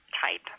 type